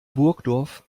burgdorf